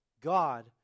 God